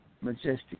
Majestic